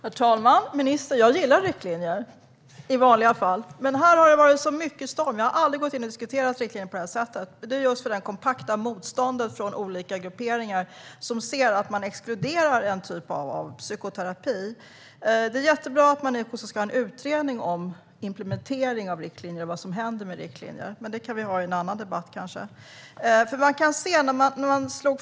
Herr talman! Ministern! Jag gillar riktlinjer i vanliga fall. Men här har det varit så stormigt. Jag har aldrig gått in och diskuterat riktlinjer på detta sätt. Det finns ett kompakt motstånd från olika grupperingar, som ser att en viss typ av psykoterapi exkluderas. Det är jättebra att det nu kommer en utredning om implementering av riktlinjer och vad som händer med riktlinjer, men detta kan vi debattera en annan gång.